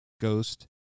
ghost